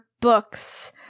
books